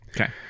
Okay